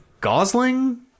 Gosling